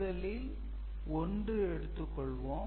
முதலில் 1 எடுத்துக்கொள்வோம்